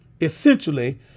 Essentially